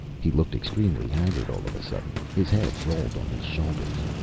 he looked extremely haggard all of a sudden. his head rolled on his shoulders.